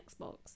Xbox